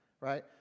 right